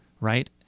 right